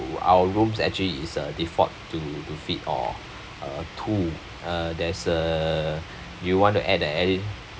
our rooms actually is a default to to fit all uh two uh there's uh you want to add add in~